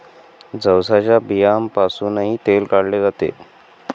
जवसाच्या बियांपासूनही तेल काढले जाते